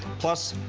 plus,